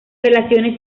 relaciones